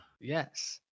Yes